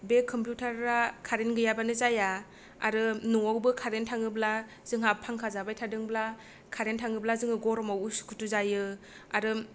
बे कम्पिउटारा कारेन्ट गैयाब्लानो जाया आरो न'आवबो कारेन्ट थाङोब्ला जोंहा फांखा जाबाय थादोंब्ला कारेन्ट थाङोब्ला जोङो गरमाव उसु खुथु जायो आरो